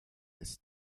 ist